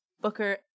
Booker